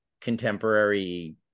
contemporary